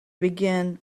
begin